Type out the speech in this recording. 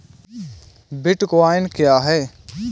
Bitcoin क्या है?